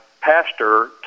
pastor